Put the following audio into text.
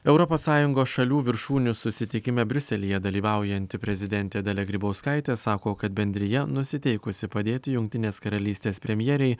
europos sąjungos šalių viršūnių susitikime briuselyje dalyvaujanti prezidentė dalia grybauskaitė sako kad bendrija nusiteikusi padėti jungtinės karalystės premjerei